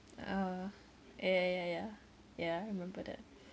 ah ya ya ya ya ya I remember that